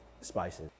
spices